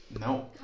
No